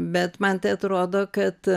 bet man tai atrodo kad